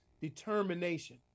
determination